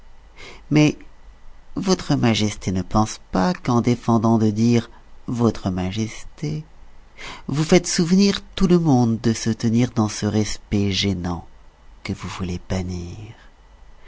mais votre majesté ne pense pas qu'en défendant de dire votre majesté vous faites souvenir tout le monde de se tenir dans ce respect gênant que vous voulez bannir